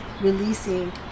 releasing